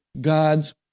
God's